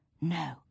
No